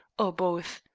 or both.